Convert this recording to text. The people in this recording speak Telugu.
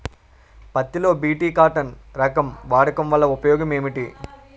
పత్తి లో బి.టి కాటన్ రకం వాడకం వల్ల ఉపయోగం ఏమిటి?